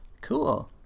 Cool